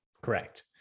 Correct